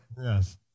Yes